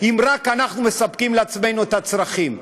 אם רק אנחנו מספקים לעצמנו את הצרכים,